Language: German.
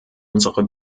unsere